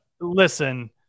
Listen